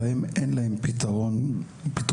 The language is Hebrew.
בהם אין להם פתרון השגחה.